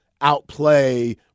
outplay